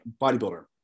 bodybuilder